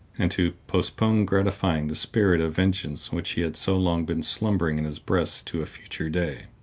and to postpone gratifying the spirit of vengeance which had so long been slumbering in his breast to a future day.